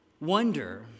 wonder